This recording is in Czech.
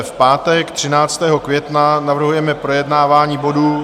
V pátek 13. května navrhujeme projednávání bodů...